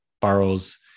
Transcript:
borrows